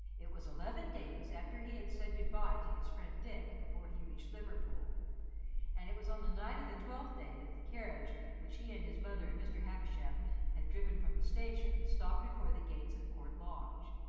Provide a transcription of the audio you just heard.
it was eleven days after he had said good-bye to his friend dick before he reached liverpool and it was on the night of the twelfth day that the carriage in which he and his mother and mr. havisham had driven from the station stopped before the gates of court lodge.